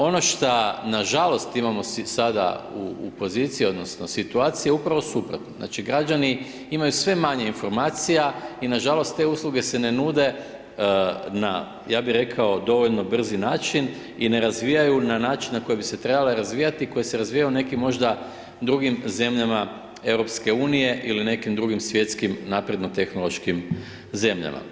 Ono šta nažalost imamo sada u poziciji odnosno situaciji, znači građani imaju sve manje informacija i nažalost te usluge se ne nude na, ja bi rekao dovoljno brzi način i ne razvijaju na način na koji bi se trebale razvijati koje se razvijaju u nekim možda drugim zemljama EU ili nekim drugim svjetskim napredno tehnološkim zemljama.